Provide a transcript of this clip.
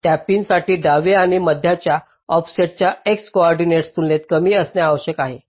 त्या पिनसाठी डावे आणि मध्यभागाच्या ऑफ सेसेटच्या x कोऑर्डिनेंटच्या तुलनेत कमी असणे आवश्यक आहे